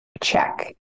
check